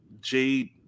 Jade